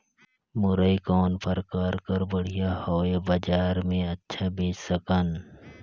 मुरई कौन प्रकार कर बढ़िया हवय? बजार मे अच्छा बेच सकन